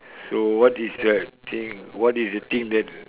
so what is the thing what is the thing that